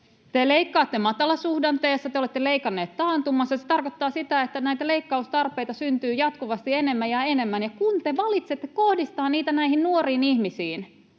Te leikkaatte matalasuhdanteessa, te olette leikanneet taantumassa. Se tarkoittaa sitä, että näitä leikkaustarpeita syntyy jatkuvasti enemmän ja enemmän, ja kun te valitsette kohdistaa niitä näihin nuoriin ihmisiin,